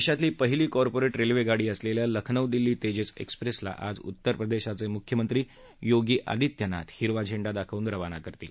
देशातली पहिली कार्पोरेट रेल्वेगाडी असलेल्या लखनौ दिल्ली तेजस एक्सप्रेसला आज उत्तर प्रदेशाचे मुख्यमंत्री योगी आदित्यनाथ हिरवा झेंडा दाखवून रवाना करतील